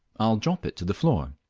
i will drop it to the floor.